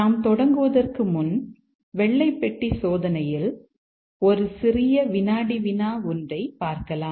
நாம் தொடங்குவதற்கு முன் வெள்ளை பெட்டி சோதனையில் ஒரு சிறிய வினாடி வினா ஒன்றை பார்க்கலாம்